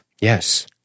Yes